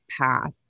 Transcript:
path